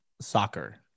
soccer